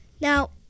now